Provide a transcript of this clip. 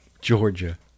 Georgia